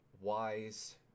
wise